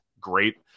great